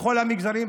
בכל המגזרים,